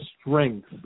strength